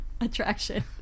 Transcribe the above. attraction